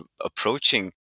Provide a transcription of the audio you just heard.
approaching